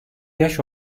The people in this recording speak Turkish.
yaş